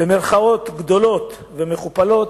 במירכאות גדולות ומכופלות,